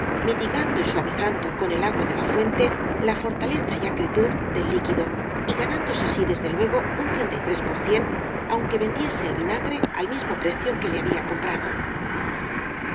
mitigando y suavizando con el agua de la fuente la fortaleza y acritud del líqui do y ganándose así desde luego un por aunque vendiese el vinagre al mismo precio en que le había comprado